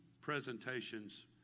presentations